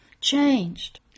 changed